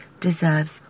deserves